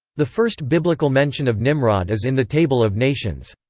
the first biblical mention of nimrod is in the table of nations.